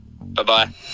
Bye-bye